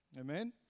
Amen